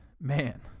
Man